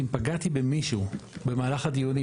אם פגעתי במישהו במהלך הדיונים.